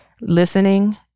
listening